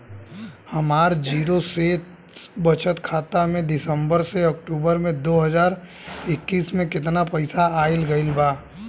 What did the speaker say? हमार जीरो शेष बचत खाता में सितंबर से अक्तूबर में दो हज़ार इक्कीस में केतना पइसा आइल गइल बा?